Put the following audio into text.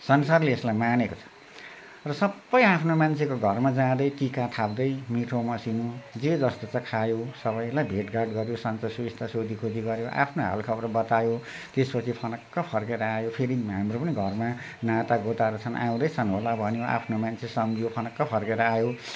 संसारले यसलाई मानेको छ र सबै आफ्ना मान्छेको घरमा जाँदै टिका थाप्दै मिठो मसिनो जे जस्तो छ खायो सबैलाई भेटघाट गर्यो सन्च सुविस्ता सोधीखोजी गर्यो आफ्नो हालखबर बतायो त्यसपछि फनक्क फर्केर आयो फेरि हाम्रो पनि घरमा नातागोताहरू छन् आउँदैछन् होला भन्यो आफ्नो मान्छे सम्झियो फनक्क फर्केर आयो